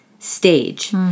stage